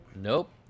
Nope